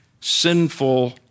sinful